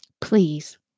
please